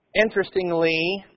Interestingly